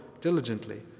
diligently